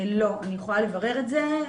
לא, אני יכולה לברר את זה.